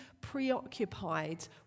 preoccupied